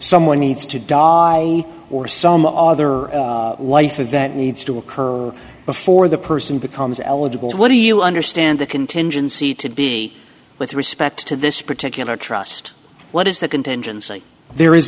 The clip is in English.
someone needs to die or some other wife event needs to occur before the person becomes eligible what do you understand the contingency to be with respect to this particular trust what is the contingency there is